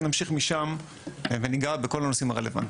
נמשיך משם וניגע בכל הנושאים הרלוונטיים.